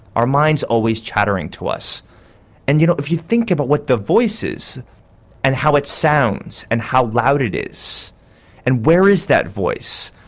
mind's always chattering to us and you know if you think about what the voice is and how it sounds and how loud it is and where is that voice